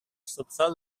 subsòl